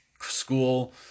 school